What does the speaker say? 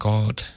God